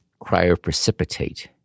cryoprecipitate